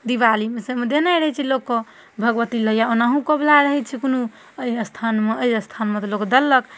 दिवालीमे सबमे देनाइ रहै छै लोकके भगवती लग या ओनाहु कबुला रहै छै कोनो एहि स्थानमे एहि स्थानमे तऽ लोक देलक